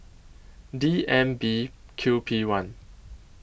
D M B Q P one